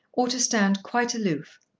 or to stand quite aloof.